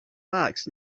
fox